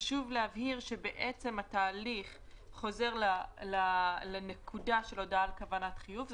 חשוב להבהיר שהתהליך חוזר לנקודה של הודעה על כוונת חיוב,